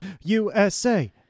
USA